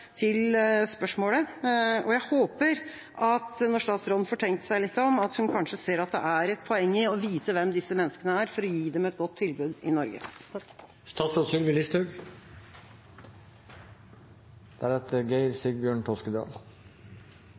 til spørsmålet, og jeg håper at statsråden, når hun får tenkt seg litt om, kanskje ser at det er et poeng i å vite hvem disse menneskene er for å gi dem et godt tilbud i Norge.